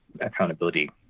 accountability